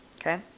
Okay